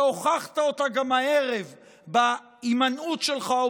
והוכחת אותה גם הערב בהימנעות שלך או